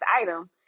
item